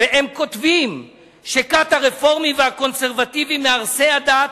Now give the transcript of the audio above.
הם כותבים שכת הרפורמים והקונסרבטיבים מהורסי הדת,